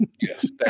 Yes